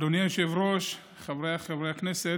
אדוני היושב-ראש, חבריי חברי הכנסת,